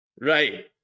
Right